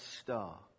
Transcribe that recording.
star